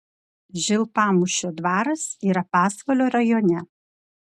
žilpamūšio dvaras yra pasvalio rajone